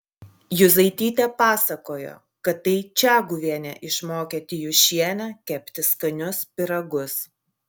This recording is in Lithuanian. juzaitytė pasakojo kad tai čaguvienė išmokė tijūšienę kepti skanius pyragus